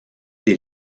des